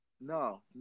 No